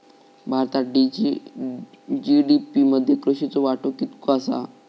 भारतात जी.डी.पी मध्ये कृषीचो वाटो कितको आसा?